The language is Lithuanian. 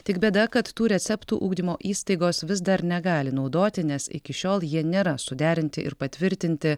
tik bėda kad tų receptų ugdymo įstaigos vis dar negali naudoti nes iki šiol jie nėra suderinti ir patvirtinti